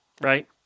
Right